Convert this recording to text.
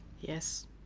Yes